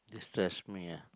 stress me out